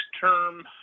term